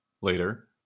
Later